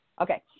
Okay